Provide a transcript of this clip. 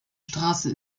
straße